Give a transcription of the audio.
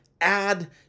add